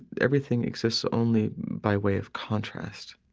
everything exists only by way of contrasts.